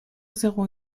zéro